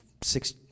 six